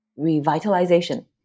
revitalization